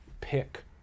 pick